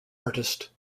artist